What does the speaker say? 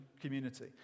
community